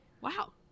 Wow